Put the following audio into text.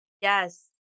yes